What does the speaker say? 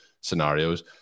scenarios